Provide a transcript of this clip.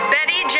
Betty